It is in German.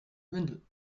windel